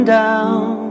down